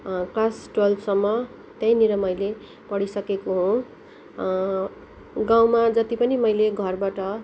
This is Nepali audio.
क्लास टुवेल्भसम्म त्यहीँनिर मैले पढिसकेको हो गाउँमा जति पनि मैले घरबाट